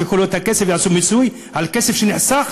שייקחו לו את הכסף ויעשו מיסוי על כסף שנחסך